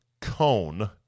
cone